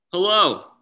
Hello